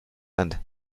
and